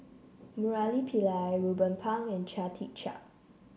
Murali Pillai Ruben Pang and Chia Tee Chiak